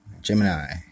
Gemini